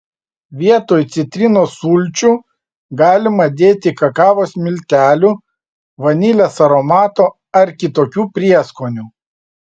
vietoj citrinos sulčių galima dėti kakavos miltelių vanilės aromato ar kitokių prieskonių